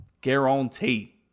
guarantee